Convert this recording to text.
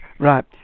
Right